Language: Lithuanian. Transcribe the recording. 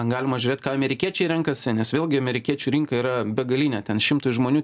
galima žiūrėt ką amerikiečiai renkasi nes vėlgi amerikiečių rinka yra begalinė ten šimtui žmonių